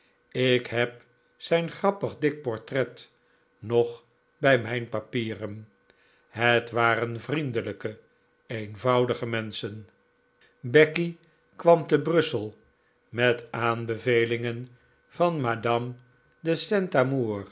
ik heb zijn grappig dik portret nog bij mijn papieren het waren vriendelijke eenvoudige menschen becky kwam te brussel met aanbevelingen van madame de saint amour